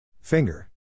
Finger